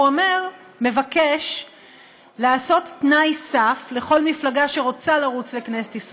הוא מבקש לעשות תנאי סף לכל מפלגה שרוצה לרוץ לכנסת,